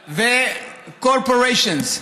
ו-corporations?